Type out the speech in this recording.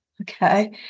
okay